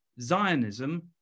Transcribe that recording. Zionism